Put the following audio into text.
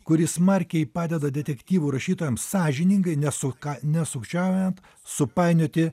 kuri smarkiai padeda detektyvų rašytojams sąžiningai nesuka nesukčiaujant supainioti